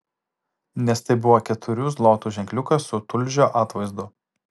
nes tai buvo keturių zlotų ženkliukas su tulžio atvaizdu